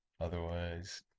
otherwise